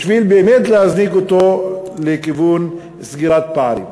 בשביל באמת להזניק אותו לכיוון סגירת פערים.